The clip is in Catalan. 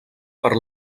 per